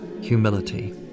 humility